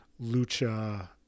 lucha